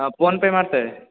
ಹಾಂ ಪೋನ್ ಪೇ ಮಾಡ್ತೇವೆ